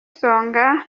songa